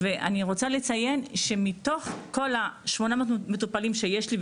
ואני רוצה לציין שמתוך כל ה-800 מטופלים שיש לי,